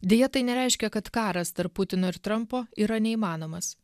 deja tai nereiškia kad karas tarp putino ir trampo yra neįmanomas